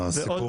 לי.